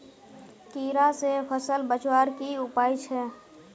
कीड़ा से फसल बचवार की उपाय छे?